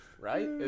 right